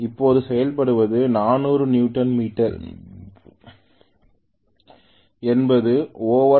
இப்போது சொல்லப்படுவது 400 newton metre என்பது ஓவர் ஹாலிங் முறுக்கு ஆகும் இது உண்மையில் நான் 400 நியூட்டன் மீட்டர் என்று சொல்ல வேண்டும்